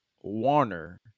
Warner